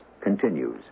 continues